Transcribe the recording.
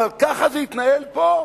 אבל ככה זה התנהל פה.